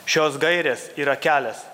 šios gairės yra kelias